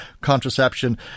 contraception